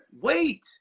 Wait